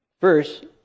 First